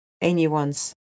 anyone's